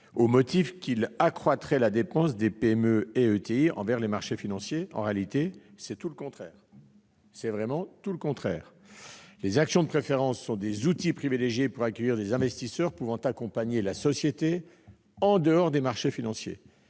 au motif que celui-ci accroîtrait la dépendance des PME et ETI envers les marchés financiers. En réalité, c'est vraiment tout le contraire : les actions de préférence sont des outils privilégiés pour accueillir des investisseurs pouvant accompagner la société, en dehors des marchés financiers.